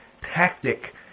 tactic